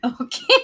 Okay